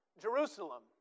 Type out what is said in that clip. Jerusalem